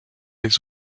les